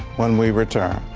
when we returned.